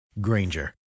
Granger